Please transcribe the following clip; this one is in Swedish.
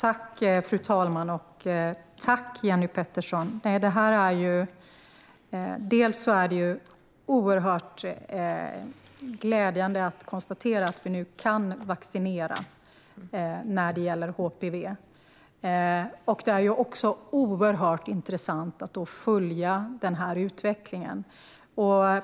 Fru talman! Tack, Jenny Petersson! Det är oerhört glädjande att konstatera att vi nu kan vaccinera mot HPV. Det är också oerhört intressant att följa utvecklingen.